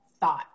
thought